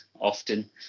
often